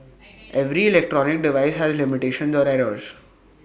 every electronic device has limitations or errors